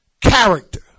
Character